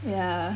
ya